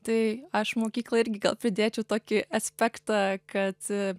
tai aš mokyklą irgi gal pridėčiau tokį aspektą kad